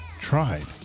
tried